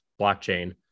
blockchain